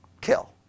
kill